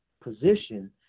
position